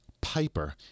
Piper